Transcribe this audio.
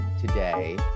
today